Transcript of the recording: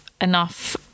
enough